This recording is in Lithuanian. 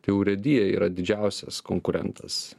tai urėdija yra didžiausias konkurentas